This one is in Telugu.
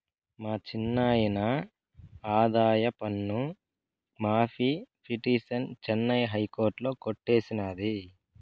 మా చిన్నాయిన ఆదాయపన్ను మాఫీ పిటిసన్ చెన్నై హైకోర్టు కొట్టేసినాది